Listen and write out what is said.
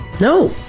no